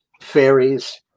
Fairies